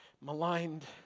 maligned